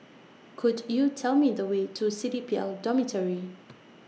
Could YOU Tell Me The Way to C D P L Dormitory